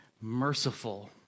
merciful